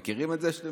אתם מכירים את זה?